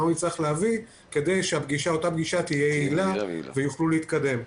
הוא צריך להביא כדי שאותה פגישה תהיה יעילה ויוכלו להתקדם.